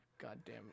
goddamn